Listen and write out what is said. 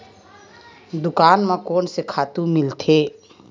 दुकान म कोन से खातु मिलथे?